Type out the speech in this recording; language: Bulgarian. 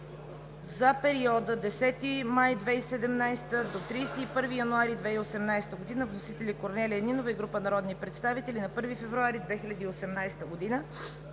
за периода от 10 май 2017 г. до 31 януари 2018 г. Вносители – Корнелия Нинова и група народни представители, 1 февруари 2018 г.